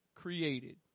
created